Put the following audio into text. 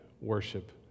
worship